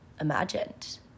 imagined